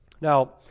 Now